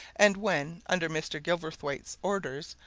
and when, under mr. gilverthwaite's orders,